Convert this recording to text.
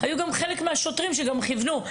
היו גם חלק מהשוטרים שגם כיוונו,